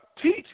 Teach